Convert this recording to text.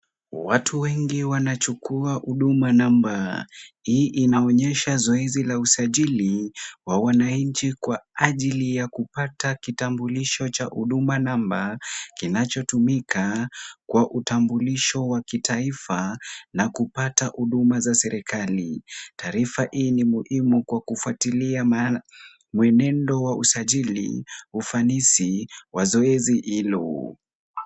Watu wengi wanachukua huduma namba. Hii inaonyesha zoezi la usajili wa wananchi kwa ajili ya kupata kitambulisho cha huduma namba kinachotumika kwa utambulisho wa kitaifa na kupata huduma za serikali. Taarifa hii ni muhimu kwa kufuatilia mwenendo wa usajili ufanisi wa zoezi hilo.